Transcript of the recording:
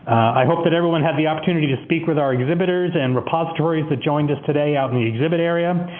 i hope that everyone had the opportunity to speak with our exhibitors and repositories that joined us today out in the exhibit area.